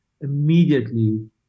immediately